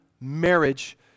marriage